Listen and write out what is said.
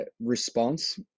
response